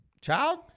child